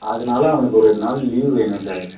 அதனால் அவனுக்கு ஒரு நாள் லீவ் வேணும் சார்